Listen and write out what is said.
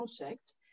project